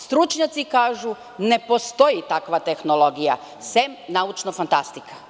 Stručnjaci kažu, ne postoji takva tehnologija, sem naučna fantastika.